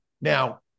Now